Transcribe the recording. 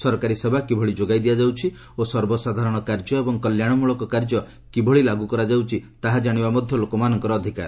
ସରକାରୀ ସେବା କିଭଳି ଯୋଗାଇ ଦିଆଯାଉଛି ଓ ସର୍ବସାଧାରଣ କାର୍ଯ୍ୟ ଏବଂ କଲ୍ୟାଣମ୍ଭଳକ କାର୍ଯ୍ୟ କିଭଳି ଲାଗୁ କରାଯାଉଛି ତାହା ଜାଣିବା ମଧ୍ୟ ଲୋକମାନଙ୍କର ଅଧିକାର